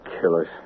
killers